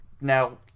Now